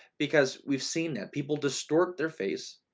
because we've seen that people distort their face.